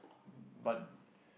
but